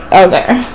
okay